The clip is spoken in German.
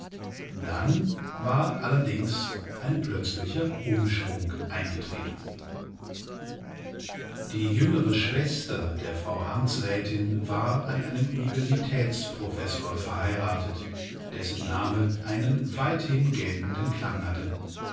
dann war allerdings ein plötzlicher umschwung eingetreten die jüngere schwester der frau amtsrätin war an einen universitäts professor verheiratet dessen name einen weithin geltenden klang hatte